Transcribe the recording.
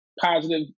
positive